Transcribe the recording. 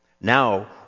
Now